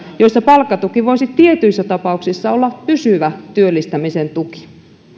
joissa palkkatuki voisi tietyissä tapauksissa olla pysyvä työllistämisen tuki